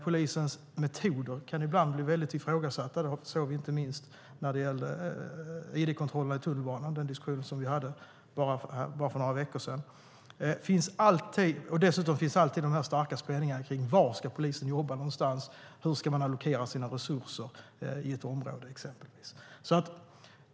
Polisens metoder kan ibland bli väldigt ifrågasatta. Det såg vi inte minst när det gällde ID-kontrollerna i tunnelbanan och diskussionen om det för bara några veckor sedan. Dessutom finns alltid de starka spänningarna kring var polisen ska jobba, exempelvis hur polisen ska allokera sina resurser i ett område.